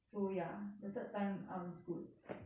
so ya the third time I was good